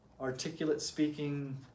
articulate-speaking